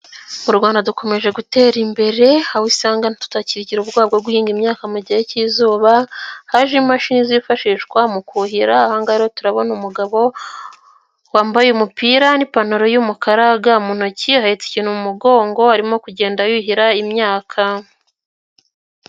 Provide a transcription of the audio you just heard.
U Rwanda dukomeje gutera imbere aho usanga tutakigira ubwoba bwo guhinga imyaka mu gihe cy'izuba, haje imashini zifashishwa mu kuhira, ahangaha turabona umugabo wambaye umupira n'ipantaro y'umukaraga ga mu ntoki ahetse ikintu mu mugongo arimo kugenda yuhira imyaka.